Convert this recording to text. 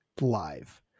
live